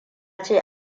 ce